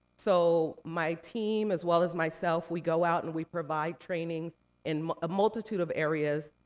so, my team, as well as myself, we go out and we provide trainings in a multitude of areas,